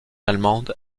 allemande